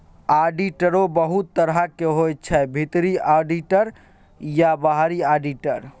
आडिटरो बहुत तरहक होइ छै भीतरी आडिटर आ बाहरी आडिटर